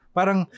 parang